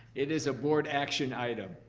it is a board action item.